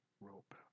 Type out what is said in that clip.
rope